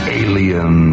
alien